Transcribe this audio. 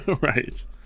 Right